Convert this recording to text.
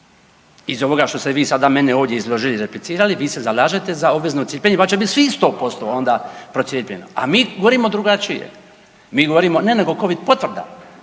iz ovoga što ste vi sada meni izložili, izreplicirali vi se zalažete za obvezno cijepljenje i valjda će bit svi isto posto onda procijepljeno, a mi govorimo drugačije. Mi govorimo ne nego o Covid potvrdama,